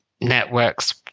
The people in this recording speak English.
networks